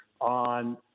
on